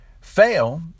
fail